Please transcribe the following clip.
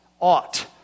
ought